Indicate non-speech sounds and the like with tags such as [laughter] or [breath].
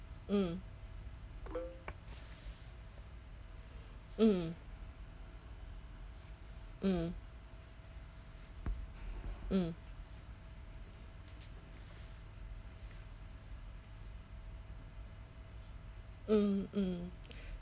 mm mm mm mm mm mm [breath]